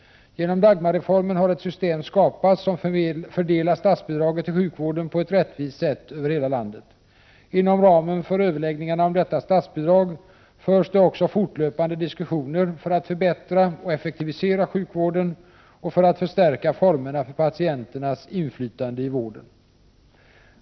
Genom Dagmarreformen har ett system skapats som fördelar statsbidraget till sjukvården på ett rättvist sätt över hela landet. Inom ramen för överläggningarna om detta statsbidrag förs det också fortlöpande diskussioner för att förbättra och effektivisera sjukvården och för att förstärka formerna för patienternas inflytande i vården.